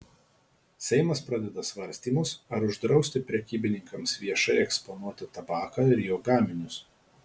seimas pradeda svarstymus ar uždrausti prekybininkams viešai eksponuoti tabaką ir jo gaminius